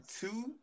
two